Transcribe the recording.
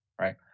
right